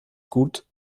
gut